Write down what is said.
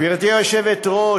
גברתי היושבת-ראש,